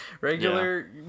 regular